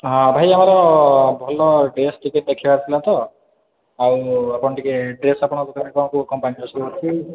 ହଁ ଭାଇ ଆମର ଭଲ ଡ୍ରେସ୍ ଟିକେ ଦେଖିବାର ଥିଲା ତ ଆଉ ଆପଣ ଟିକେ ଡ୍ରେସ୍ ଆପଣଙ୍କ ଦୋକାନରେ କ'ଣ କେଉଁ କମ୍ପାନୀର ସବୁ ଅଛି